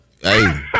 Hey